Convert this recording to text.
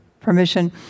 permission